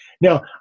now